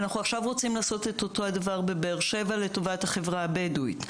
עכשיו אנחנו רוצים לעשות את אותו הדבר בבאר שבע לטובת החברה הבדואית.